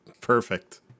Perfect